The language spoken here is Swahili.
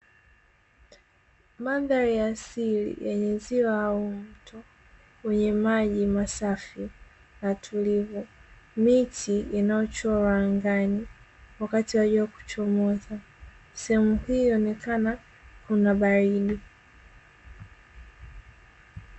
Mandhari ya asili yenye ziwa au mto wenye maji masafi na tulivu, miti inayochora angani wakati wa jua kuchomoza. Sehemu hii huonekana kuna baridi.